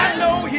no